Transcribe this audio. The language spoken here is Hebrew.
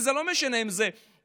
וזה לא משנה אם אלו יהודים,